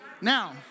now